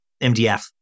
MDF